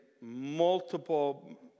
multiple